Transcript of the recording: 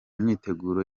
myiteguro